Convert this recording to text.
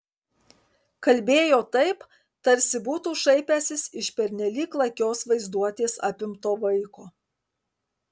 kalbėjo taip tarsi būtų šaipęsis iš pernelyg lakios vaizduotės apimto vaiko